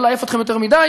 שלא לעייף אתכם יותר מדי,